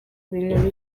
ibintu